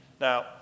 Now